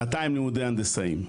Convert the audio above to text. שנתיים לימודי הנדסאים.